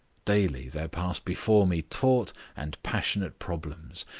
daily there passed before me taut and passionate problems,